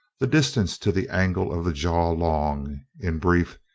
the distance to the angle of the jaw long in brief,